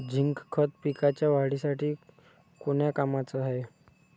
Zinc खत पिकाच्या वाढीसाठी कोन्या कामाचं हाये?